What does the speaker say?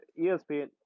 ESPN